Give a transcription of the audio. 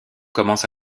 commence